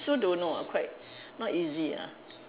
also don't know ah quite not easy ah